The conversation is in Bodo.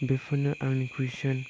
बेफोरनो आंनि कुइशन